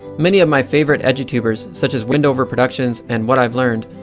many of my favorite edutubers, such as wendover productions, and what i've learned,